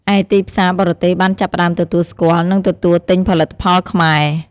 ឯទីផ្សារបរទេសបានចាប់ផ្ដើមទទួលស្គាល់ និងទទួលទិញផលិតផលខ្មែរ។